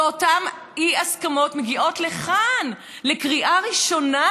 ואותן אי-הסכמות מגיעות לכאן, לקריאה ראשונה,